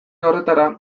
horretara